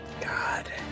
God